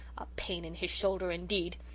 a pain in his shoulder, indeed!